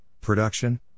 production